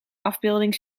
afbeelding